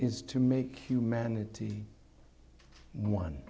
is to make humanity one